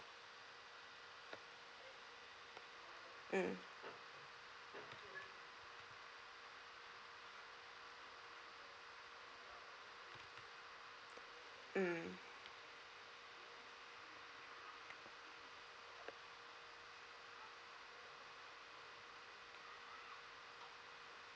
mm mm